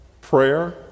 prayer